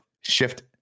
shift